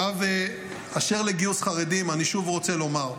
עכשיו, באשר לגיוס חרדים, אני שוב רוצה לומר,